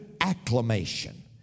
acclamation